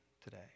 today